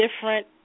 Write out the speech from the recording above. different